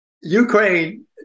Ukraine